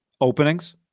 openings